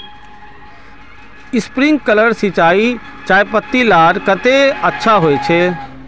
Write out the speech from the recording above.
Sprinkler सिंचाई चयपत्ति लार केते अच्छा होचए?